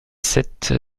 sept